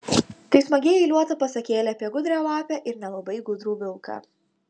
tai smagiai eiliuota pasakėlė apie gudrią lapę ir nelabai gudrų vilką